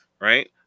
right